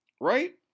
Right